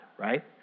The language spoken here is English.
right